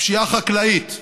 פשיעה חקלאית,